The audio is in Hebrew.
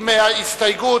עם הסתייגות,